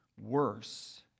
worse